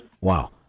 Wow